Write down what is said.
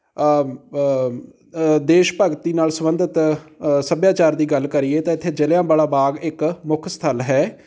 ਦੇਸ਼ ਭਗਤੀ ਨਾਲ ਸੰਬੰਧਿਤ ਸੱਭਿਆਚਾਰ ਦੀ ਗੱਲ ਕਰੀਏ ਤਾਂ ਇੱਥੇ ਜਲ੍ਹਿਆਂਵਾਲਾ ਬਾਗ ਇੱਕ ਮੁੱਖ ਸਥਲ ਹੈ